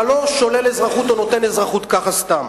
אתה לא שולל אזרחות או נותן אזרחות ככה סתם.